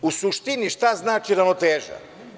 U suštini, šta znači ravnoteža?